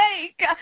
make